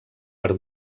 per